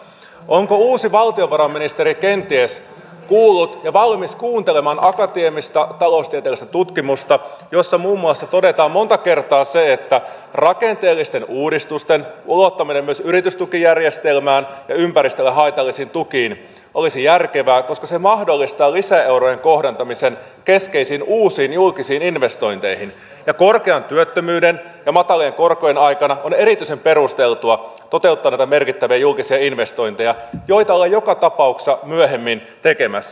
onko uusi valtiovarainministeri kenties kuullut ja valmis kuuntelemaan akateemista taloustieteellistä tutkimusta jossa muun muassa todetaan monta kertaa se että rakenteellisten uudistusten ulottaminen myös yritystukijärjestelmään ja ympäristölle haitallisiin tukiin olisi järkevää koska se mahdollistaa lisäeurojen kohdentamisen keskeisiin uusiin julkisiin investointeihin ja korkean työttömyyden ja matalien korkojen aikana on erityisen perusteltua toteuttaa näitä merkittäviä julkisia investointeja joita ollaan joka tapauksessa myöhemmin tekemässä